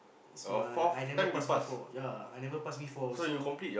it's my I never pass before ya I never pass before so